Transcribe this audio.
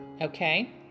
Okay